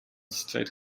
straight